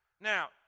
Now